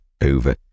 over